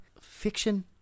fiction